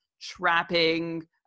trapping